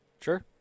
Sure